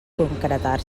concretar